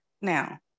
now